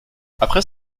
après